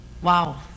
Wow